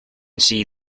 see